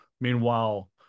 Meanwhile